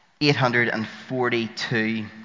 842